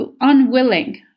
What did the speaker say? unwilling